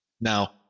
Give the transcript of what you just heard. Now